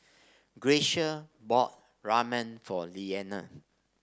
Gracia bought Ramen for Leana